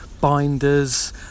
binders